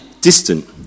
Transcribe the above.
distant